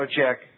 check